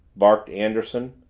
barked anderson.